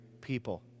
people